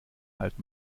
halt